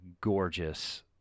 gorgeous